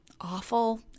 awful